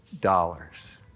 dollars